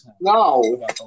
No